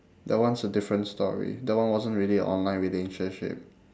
that one's a different story that one wasn't really a online relationship